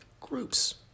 groups